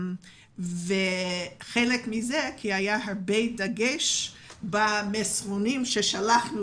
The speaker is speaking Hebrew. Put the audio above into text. זה נבע מכך שהיה הרבה דגש במסרונים ששלחנו